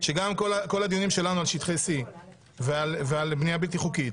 שגם כל הדיונים שלנו על שטחי C ועל בנייה בלתי חוקית